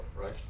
right